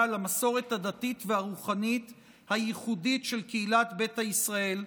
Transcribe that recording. על המסורת הדתית והרוחנית הייחודית של קהילת ביתא ישראל,